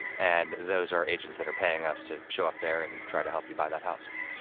and those are agents that are paying us to show up there and try to help you buy that house